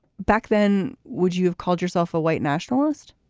back then, would you have called yourself a white nationalist?